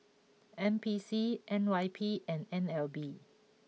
N P C N Y P and N L B